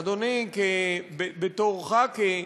אדוני בתור חבר הכנסת,